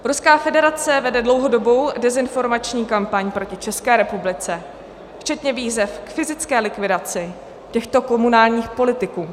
Ruská federace vede dlouhodobou dezinformační kampaň proti České republice, včetně výzev k fyzické likvidaci těchto komunálních politiků.